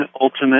ultimate